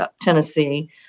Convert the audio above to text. Tennessee